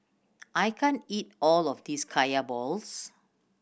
I can't eat all of this Kaya balls